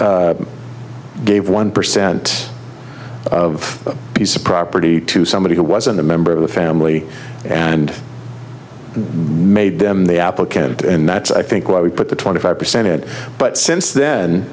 gave one percent of piece of property to somebody who wasn't a member of the family and made them the applicant and that's i think why we put the twenty five percent in but since then